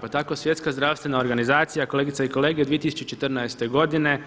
Pa tako Svjetska zdravstvena organizacija kolegice i kolege 2014. godine,